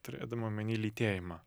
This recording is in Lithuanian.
turėdama omeny lytėjimą